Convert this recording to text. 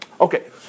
Okay